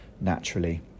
naturally